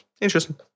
Interesting